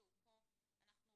היא לא חברה.